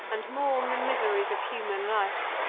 and mourn the miseries of human life.